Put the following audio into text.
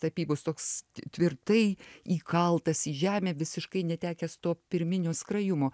tapybos toks tvirtai įkaltas į žemę visiškai netekęs to pirminio skrajumo